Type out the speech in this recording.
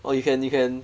or you can you can